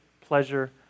pleasure